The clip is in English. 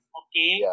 okay